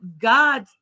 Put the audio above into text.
God